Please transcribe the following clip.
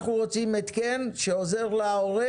אנחנו רוצים התקן שעוזר להורה,